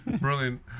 Brilliant